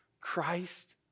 Christ